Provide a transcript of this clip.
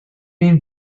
been